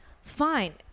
fine